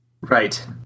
Right